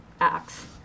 acts